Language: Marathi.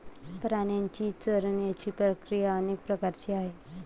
प्राण्यांची चरण्याची प्रक्रिया अनेक प्रकारची आहे